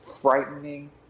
frightening